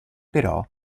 però